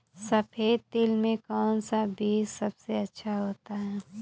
सफेद तिल में कौन सा बीज सबसे अच्छा होता है?